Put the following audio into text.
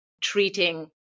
treating